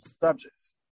subjects